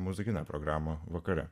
muzikinę programą vakare